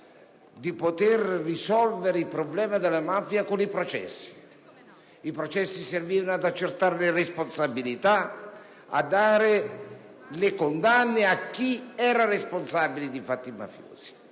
di poter risolvere il problema della mafia con i processi. I processi servivano ad accertare le responsabilità, a condannare i responsabili di fatti mafiosi,